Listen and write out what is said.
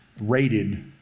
rated